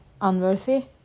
unworthy